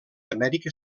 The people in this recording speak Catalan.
amèrica